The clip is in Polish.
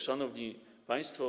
Szanowni Państwo!